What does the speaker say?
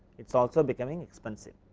it is also becoming expensive.